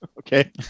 Okay